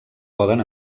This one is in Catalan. poden